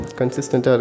consistent